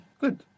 Good